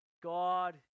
God